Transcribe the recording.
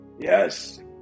Yes